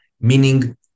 meaning